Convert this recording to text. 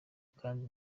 kandi